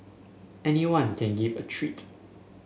anyone can give a treat